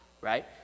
right